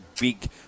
big